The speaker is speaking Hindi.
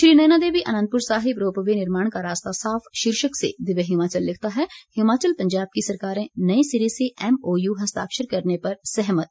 श्रीनयनादेवी आनंदपुर साहिब रोप वे निर्माण का रास्ता साफ शीर्षक से दिव्य हिमाचल लिखता है हिमाचल पंजाब की सरकारें नए सिरे से एमओयू हस्ताक्षर करने पर सहमत